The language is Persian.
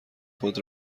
خود